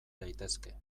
daitezke